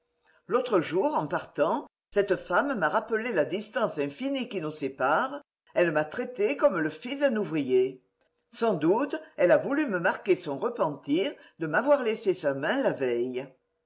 l'autre jour en partant cette femme m'a rappelé là distance infinie qui nous sépare elle m'a traité comme le fils d'un ouvrier sans doute elle a voulu me marquer son repentir de m'avoir laissé sa main la veille